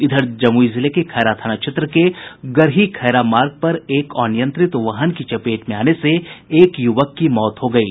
इधर जमुई जिले के खैरा थाना क्षेत्र के गरही खैरा मार्ग पर एक अनियंत्रित वाहन की चपेट में आने से एक युवक की मौत हो गयी